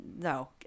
no